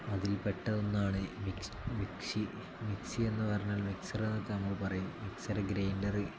അതിൽ പെട്ടതൊന്നാണ് മിക് മിക്സി മിക്സി എന്ന് പറഞ്ഞാൽ മിക്സർ എന്നൊക്കെ നമ്മൾ പറയും മിക്സറ് ഗ്രൈൻഡറ്